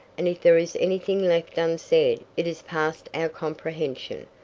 and if there is anything left unsaid it is past our comprehension.